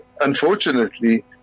unfortunately